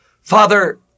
Father